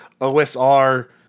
OSR